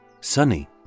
sunny